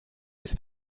ist